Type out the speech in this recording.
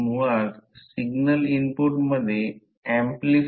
तर हे सोपे आहे हे सर्व साधे फॉर्म्युला आहेत जे B H 0 r आणि ∅ B A